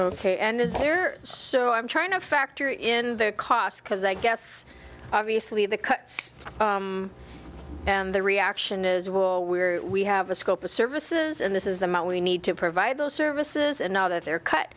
ok and is there so i'm trying to factor in the cost because i guess obviously the cuts and the reaction is will we're we have a scope of services and this is the amount we need to provide those services and now that they're cut